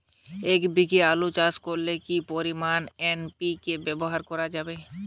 এক বিঘে আলু চাষ করলে কি পরিমাণ এন.পি.কে ব্যবহার করা যাবে?